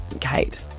Kate